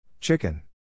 Chicken